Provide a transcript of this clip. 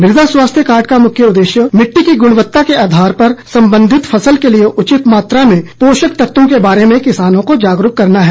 मृदा स्वास्थ्य कार्ड का मुख्य उद्देश्य मिट्टी की गुणवत्ता के आधार पर संबंधित फसल के लिए उचित मात्रा में पोषक तत्वों के बारे में किसानों को जागरूक करना है